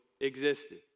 existed